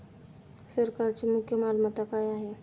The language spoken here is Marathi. सरकारची मुख्य मालमत्ता काय आहे?